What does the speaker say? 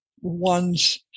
ones